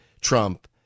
Trump